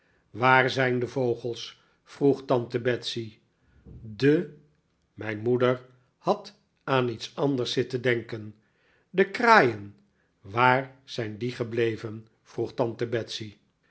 waar zijn de vogels vroeg tante betsey de mijn moeder had aan iets anders zitten denken de kraaien waar zijn die gebleven vroeg tante betsey